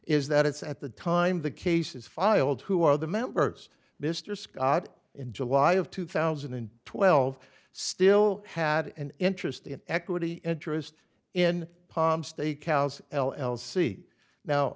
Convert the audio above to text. is that it's at the time the cases filed who are the members mr scott in july of two thousand and twelve still had an interest in equity interest in palm steakhouse l l c now